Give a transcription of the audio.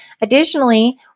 Additionally